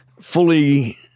fully